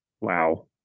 Wow